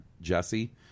Jesse